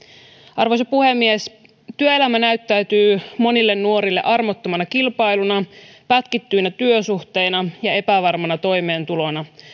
arvoisa puhemies työelämä näyttäytyy monille nuorille armottomana kilpailuna pätkittyinä työsuhteina ja epävarmana toimeentulona